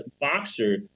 boxer